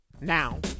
Now